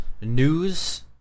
news